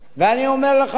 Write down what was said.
ואני אומר לך,